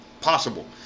possible